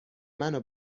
منو